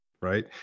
right